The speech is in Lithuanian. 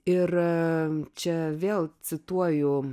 ir čia vėl cituoju